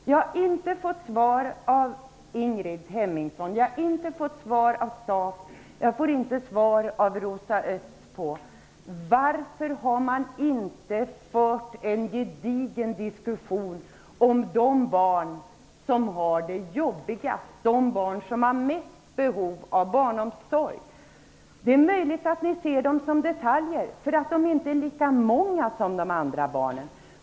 Jag har inte fått svar av Ingrid Hemmingsson eller Harry Staaf och jag får inte svar av Rosa Östh på varför man inte har fört en gedigen diskussion om de barn som har det jobbigast, de barn som har störst behov av barnomsorg. Det är möjligt att ni ser dem som detaljer eftersom de inte är lika många som de andra barnen.